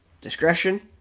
discretion